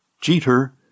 Jeter